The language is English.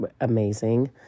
amazing